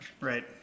right